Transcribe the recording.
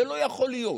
זה לא יכול להיות.